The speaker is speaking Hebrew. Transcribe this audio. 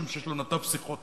כי יש לו נתב שיחות,